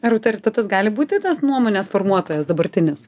ar autoritetas gali būti tas nuomonės formuotojas dabartinis